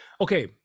Okay